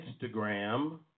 Instagram